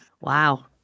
Wow